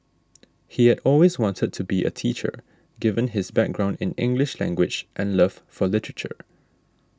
he had always wanted to be a teacher given his background in English language and love for literature